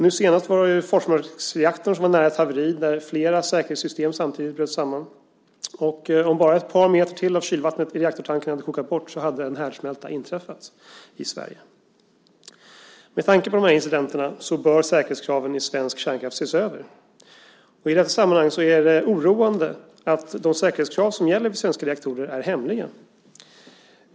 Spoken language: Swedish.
Nu senast var Forsmarksreaktorn nära ett haveri, när flera säkerhetssystem samtidigt bröt samman. Om bara ett par meter till av kylvattnet i reaktortanken hade kokat bort hade en härdsmälta inträffat i Sverige. Med tanke på dessa incidenter bör säkerhetskraven i svensk kärnkraft ses över. I detta sammanhang är det oroande att de säkerhetskrav som gäller för svenska reaktorer är hemliga.